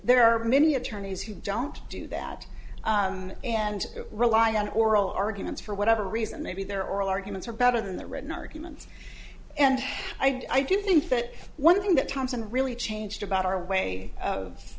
there are many attorneys who don't do that and rely on oral arguments for whatever reason maybe their oral arguments are better than the written arguments and i do think that one thing that thompson really changed about our way of